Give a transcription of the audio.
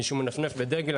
מישהו מנפנף בדגל,